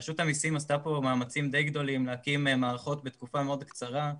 רשות המסים עשתה פה מאמצים די גדולים להקים מערכות בתקופה מאוד קצרה,